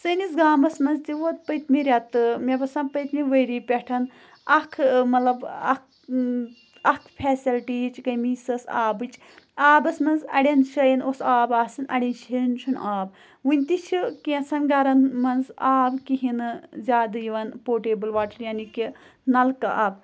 سٲنِس گامَس منٛز تہِ ووت پٔتۍمہِ ریٚتہٕ مےٚ باسان پٔتۍمہِ ؤری پٮ۪ٹھ اَکھ مطلب اَکھ اَتھ فیسَلٹِیِچ کمی سۄ ٲس آبٕچ آبَس منٛز اَڑٮ۪ن جایَن اوس آب آسان اَڑٮ۪ن جایَن چھُنہٕ آب وٕنۍتہِ چھِ کینٛژھن گَران منٛز آب کِہیٖنۍ نہٕ زیادٕ یِوان پوٹیبٕل واٹَر یعنی کہِ نَلکہٕ آب